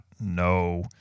no